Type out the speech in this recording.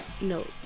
no